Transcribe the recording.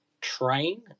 train